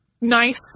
nice